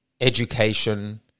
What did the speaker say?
education